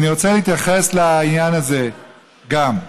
אני רוצה להתייחס לעניין הזה גם.